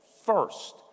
First